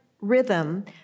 rhythm